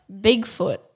Bigfoot